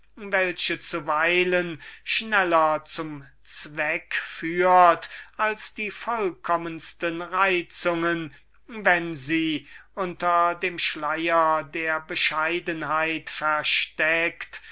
und zuweilen schneller zum zweck führt als die vollkommensten reizungen welche unter dem schleier der bescheidenheit versteckt